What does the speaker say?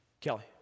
Kelly